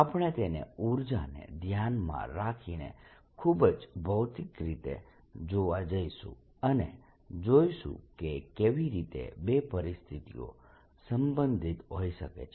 આપણે તેને ઉર્જાને ધ્યાનમાં રાખીને ખૂબ જ ભૌતિક રીતે જોવા જઈશું અને જોઈશું કે કેવી રીતે બે પરિસ્થિતિઓ સંબંધિત હોઈ શકે છે